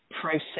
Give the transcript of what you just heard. process